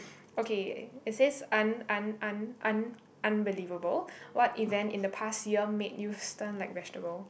okay it says un un un un unbelievable what event in the past year made you stun like vegetable